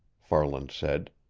farland said.